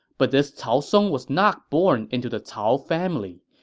but this cao song was not born into the cao family.